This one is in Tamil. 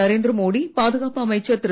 நரேந்திரமோடி பாதுகாப்பு அமைச்சர் திரு